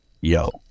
Yo